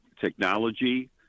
technology